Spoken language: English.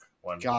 one